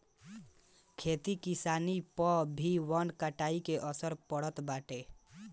खेती किसानी पअ भी वन कटाई के असर पड़त बाटे